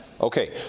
Okay